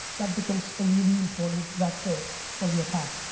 that becomes a really important vector for the attack.